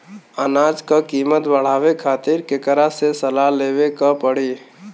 अनाज क कीमत बढ़ावे खातिर केकरा से सलाह लेवे के पड़ी?